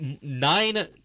nine